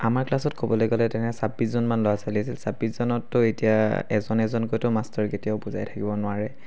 আমাৰ ক্লাছত ক'বলৈ গ'লে তেনে ছাব্বিছজনমান ল'ৰা ছোৱালী আছিল ছাব্বিছজনকতো এতিয়া এজন এজনকৈতো মাষ্টৰে কেতিয়াও বুজাই থাকিব নোৱাৰে